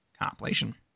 compilation